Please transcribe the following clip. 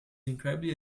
incredibly